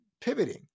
pivoting